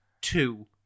two